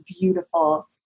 beautiful